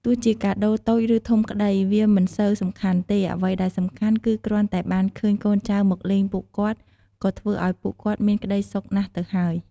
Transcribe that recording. ទោះជាកាដូរតូចឬធំក្តីវាមិនសូវសំខាន់ទេ អ្វីដែលសំខាន់គឺគ្រាន់តែបានឃើញកូនចៅមកលេងពួកគាត់ ក៏ធ្វើឲ្យពួកគាត់មានក្តីសុខណាស់ទៅហើយ។